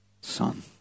son